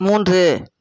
மூன்று